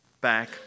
back